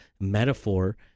metaphor